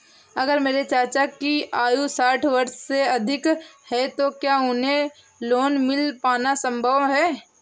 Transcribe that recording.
अगर मेरे चाचा की आयु साठ वर्ष से अधिक है तो क्या उन्हें लोन मिल पाना संभव है?